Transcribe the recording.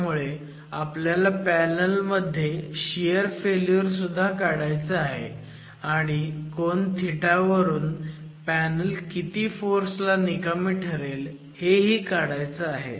त्यामुळे आपल्याला पॅनल मध्ये शियर फेल्युअर सुद्धा काढायचं आहे आणि कोन वरून पॅनल किती फोर्स ला निकामी ठरेल हेही काढायचं आहे